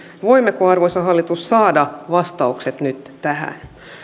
voimmeko arvoisa hallitus saada vastaukset nyt tähän